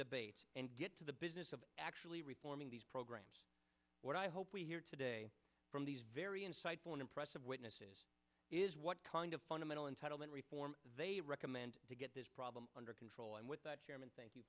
debate and get to the business of actually reforming these programs what i hope we hear today from these very insightful and impressive witnesses is what kind of fundamental entitlement reform they recommend to get this problem under control and with the chairman thank you